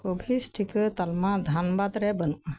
ᱠᱳᱵᱷᱳᱵᱷᱮᱠᱥ ᱴᱤᱠᱟᱹ ᱛᱟᱞᱢᱟ ᱫᱷᱟᱱᱵᱟᱫᱽ ᱨᱮ ᱵᱟᱹᱱᱩᱜᱼᱟ